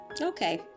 Okay